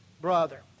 brother